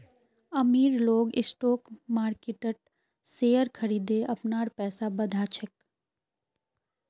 अमीर लोग स्टॉक मार्किटत शेयर खरिदे अपनार पैसा बढ़ा छेक